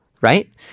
right